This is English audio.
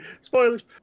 spoilers